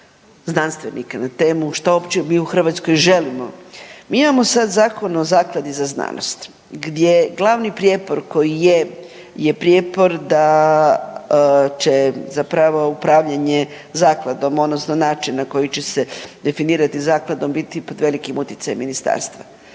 na temu šta uopće mi u Hrvatskoj želimo. Mi imamo sad Zakon o zakladi za znanost gdje glavni prijepor koji je je prijepor da će zapravo upravljanje zakladom odnosno način na koji će se definirati zakladom biti pod velikim utjecajem ministarstva.